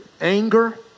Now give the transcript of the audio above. anger